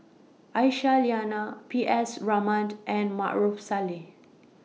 Aisyah Lyana P S Raman and Maarof Salleh